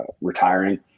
retiring